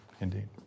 Indeed